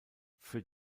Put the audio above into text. für